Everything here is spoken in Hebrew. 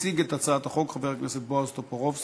מציג את הצעת החוק חבר הכנסת בועז טופורובסקי.